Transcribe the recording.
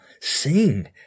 sing